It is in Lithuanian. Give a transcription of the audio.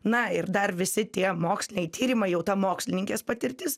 na ir dar visi tie moksliniai tyrimai jau ta mokslininkės patirtis